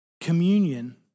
communion